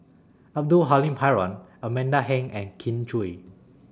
Abdul Halim Haron Amanda Heng and Kin Chui